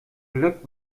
glück